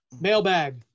Mailbag